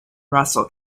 russell